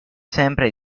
sempre